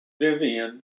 Vivian